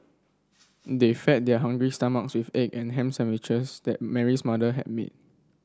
they fed their hungry stomachs with egg and ham sandwiches that Mary's mother had made